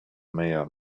meyer